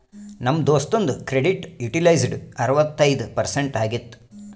ನಮ್ ದೋಸ್ತುಂದು credit utilised ಅರವತ್ತೈಯ್ದ ಪರ್ಸೆಂಟ್ ಆಗಿತ್ತು